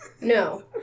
No